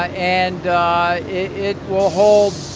ah and it will hold,